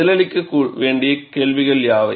பதிலளிக்க வேண்டிய கேள்விகள் யாவை